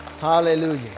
Hallelujah